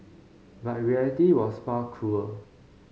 but reality was far cruel